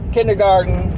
Kindergarten